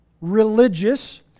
religious